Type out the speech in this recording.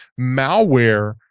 malware